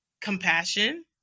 compassion